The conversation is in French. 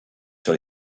sur